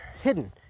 hidden